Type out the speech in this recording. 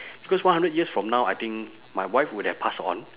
because one hundred years from now I think my wife would have passed on